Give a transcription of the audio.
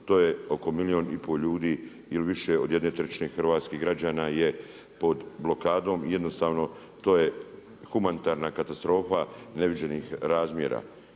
to je oko milijun i pol ljudi ili više od jedne trećine hrvatskih građana je pod blokadom i jednostavno to je humanitarna katastrofa neviđenih razmjere.